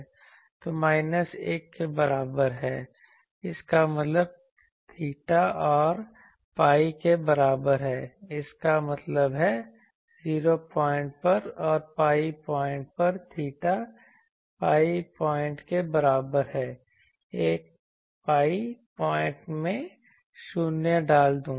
तो Z minus 1 के बराबर है इसका मतलब थाटा 0 और pi के बराबर है इसका मतलब है 0 पॉइंट पर और pi पॉइंट पर थीटा pi पॉइंट के बराबर है एक pi पॉइंट मैं शून्य डाल दूंगा